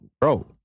bro